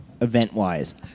event-wise